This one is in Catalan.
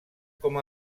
com